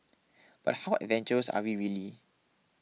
but how adventurous are we really